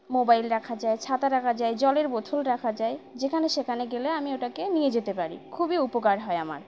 mobile রাখা যায় ছাতা রাখা যায় জলের বোতল রাখা যায় যেখানে সেখানে গেলে আমি ওটাকে নিয়ে যেতে পারি খুবই উপকার হয় আমার